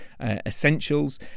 essentials